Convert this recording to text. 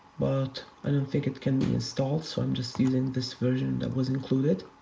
but i don't think it can be installed, so i'm just using this version that was included.